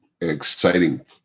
exciting